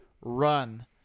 run